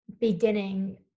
beginning